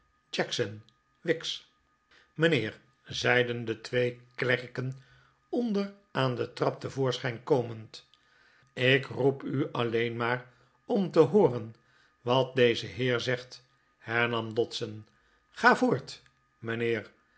jackson wicks mijnheer zeiden de twee klerken onder aan de trap te voorschijn komend ik roep u alleen maar om te hooren wat deze heer zegt hernam dodson ga voort mijnhee'r